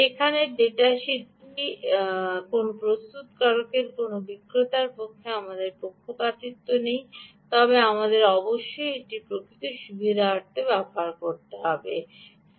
এখন এই ডেটা শীটটিতে কোনও প্রস্তুতকারকের কোনও বিক্রেতার পক্ষে আমার পক্ষপাতিত্ব নেই তবে আপনাকে অবশ্যই বলতে হবে যে আমি এটি কেবল সুবিধার্থে বেছে নিয়েছি